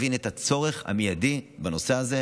אני מתכוון גם למי שנראה כי נשכחו: אברה מנגיסטו והישאם א-סייד,